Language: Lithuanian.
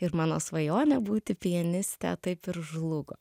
ir mano svajonė būti pianiste taip ir žlugo